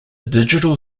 digital